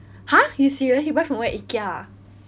!huh! you serious you buy from where ikea ah